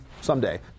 someday